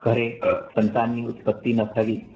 ઘરે સંતાનની ઉત્પતિ ન થવી